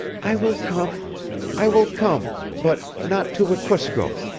i will come i will come but not to wekusko.